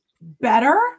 better